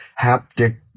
haptic